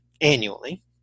annually